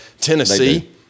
Tennessee